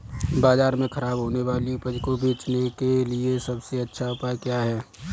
बाजार में खराब होने वाली उपज को बेचने के लिए सबसे अच्छा उपाय क्या है?